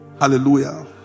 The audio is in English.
hallelujah